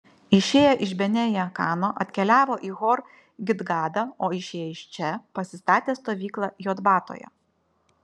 išėję iš bene jaakano atkeliavo į hor gidgadą o išėję iš čia pasistatė stovyklą jotbatoje